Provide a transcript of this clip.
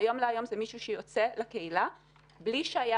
מהיום להיום זה מישהו שיוצא לקהילה בלי שהיה